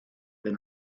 been